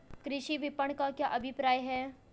कृषि विपणन का क्या अभिप्राय है?